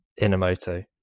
Inamoto